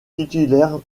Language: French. titulaire